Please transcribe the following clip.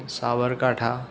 Sabarkantha